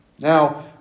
Now